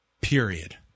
Period